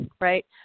right